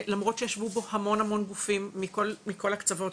שלמרות שישבו המון המון גופים מכל הקצוות,